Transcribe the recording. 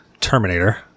Terminator